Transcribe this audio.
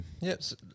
yes